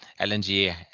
LNG